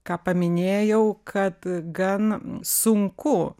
ką paminėjau kad gan sunku